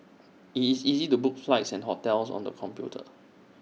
IT is easy to book flights and hotels on the computer